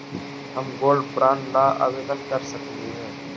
हम gold bond ला आवेदन कर सकली हे?